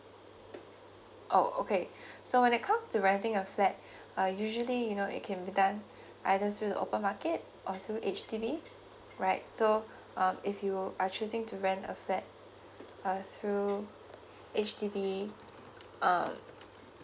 oh okay so when it comes to renting a flat uh usually you know it can be done either through open market or through H_D_B right so um if you are choosing to rent a flat err through H_D_B um